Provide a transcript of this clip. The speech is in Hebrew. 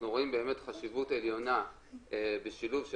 אנחנו רואים חשיבות עליונה בשילוב של